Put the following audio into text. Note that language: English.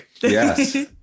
Yes